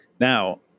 Now